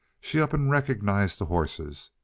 she up an' rek'nized the horses.